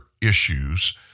issues